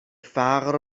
فقر